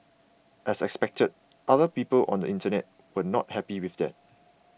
as expected other people on the internet were not happy with that